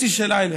יש לי שאלה אליך.